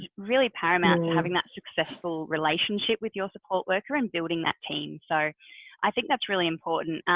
really paramount and having that successful relationship with your support worker and building that team. so i think that's really important.